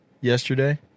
yesterday